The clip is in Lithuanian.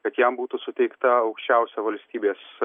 kad jam būtų suteikta aukščiausia valstybės